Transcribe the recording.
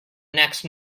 next